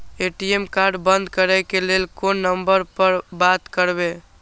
ATM card बंद करे के लेल कोन नंबर पर बात करबे?